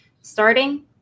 Starting